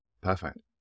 Perfect